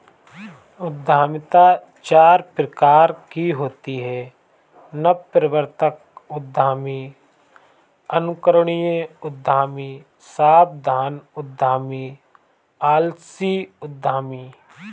उद्यमिता चार प्रकार की होती है नवप्रवर्तक उद्यमी, अनुकरणीय उद्यमी, सावधान उद्यमी, आलसी उद्यमी